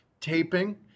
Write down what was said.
taping